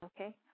okay